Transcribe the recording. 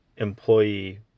employee